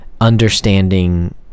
understanding